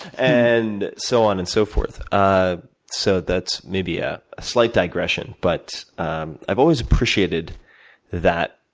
and, so on and so forth. ah so, that's maybe a slight digression, but i've always appreciated that,